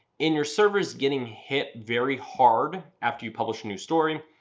and your servers getting hit very hard after you publish a new story,